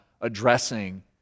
addressing